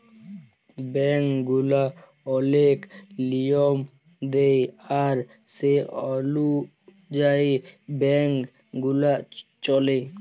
bank গুলা ওলেক লিয়ম দেয় আর সে অলুযায়ী ব্যাংক গুলা চল্যে